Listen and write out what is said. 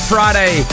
Friday